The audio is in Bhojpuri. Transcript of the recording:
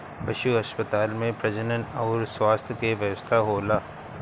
पशु अस्पताल में प्रजनन अउर स्वास्थ्य के व्यवस्था होला